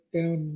down